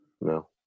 no